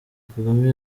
kagame